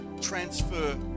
transfer